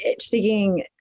speaking